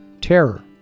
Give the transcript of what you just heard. Terror